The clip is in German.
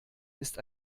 ist